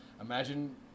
imagine